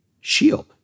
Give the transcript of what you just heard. shield